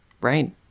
right